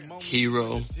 Hero